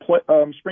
spring